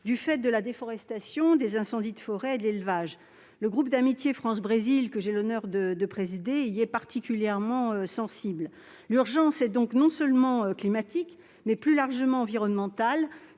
du fait de la déforestation, des incendies de forêt et de l'élevage. Le groupe d'amitié France-Brésil, que j'ai l'honneur de présider, y est particulièrement sensible. L'urgence est donc non seulement climatique, mais, plus largement, environnementale,